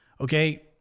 Okay